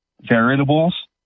variables